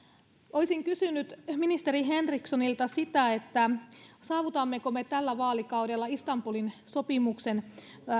olisin kysynyt ministeri henrikssonilta sitä saavutammeko me tällä vaalikaudella istanbulin sopimuksen